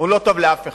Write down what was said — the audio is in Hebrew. זה לא טוב לאף אחד.